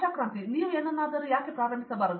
ಆಶಾ ಕೃಂತಿ ನೀವು ಏನನ್ನಾದರೂ ಪ್ರಾರಂಭಿಸಬಾರದು